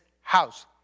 house